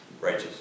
righteous